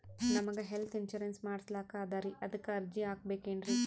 ನಮಗ health insurance ಮಾಡಸ್ಲಾಕ ಅದರಿ ಅದಕ್ಕ ಅರ್ಜಿ ಹಾಕಬಕೇನ್ರಿ?